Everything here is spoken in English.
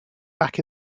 back